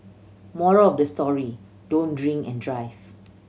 moral of the story don't drink and drive